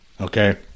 okay